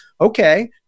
okay